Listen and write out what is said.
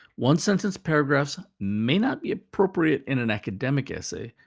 one-sentence paragraphs may not be appropriate in an academic essay,